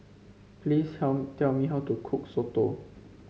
please tell tell me how to cook soto